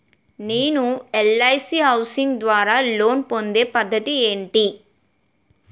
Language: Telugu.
నేను ఎల్.ఐ.సి హౌసింగ్ ద్వారా లోన్ పొందే పద్ధతి ఏంటి?